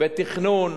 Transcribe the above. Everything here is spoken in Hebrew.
בתכנון,